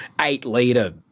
eight-liter